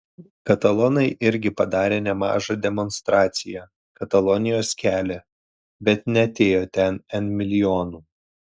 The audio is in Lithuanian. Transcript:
katalonai irgi padarė nemažą demonstraciją katalonijos kelią bet neatėjo ten n milijonų